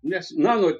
nes nano